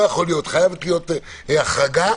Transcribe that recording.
חייבת להיות החרגה.